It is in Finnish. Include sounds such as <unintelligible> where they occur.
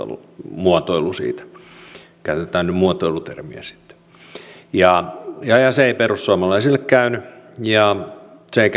muotoilu tuli siitä käytetään nyt muotoilu termiä ja ja se ei perussuomalaisille käynyt ja se ei <unintelligible>